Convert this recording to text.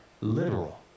literal